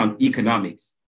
economics